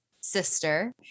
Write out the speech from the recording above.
sister